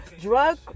drug